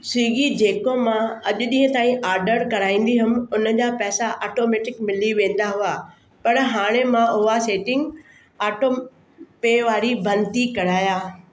Swiggy जेको मां अॼु ॾींहुं ताईं आडर कराईंदी हुअमि हुनजा पैसा ऑटोमैटिक मिली वेंदा हुआ पर हाणे मां उहा सेटिंग ऑटो पे वारी बंदि थी करायां